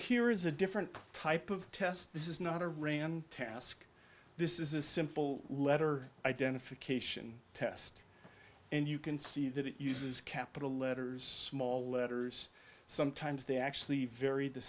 here is a different type of test this is not a rand task this is a simple letter identification test and you can see that it uses capital letters small letters sometimes they actually vary the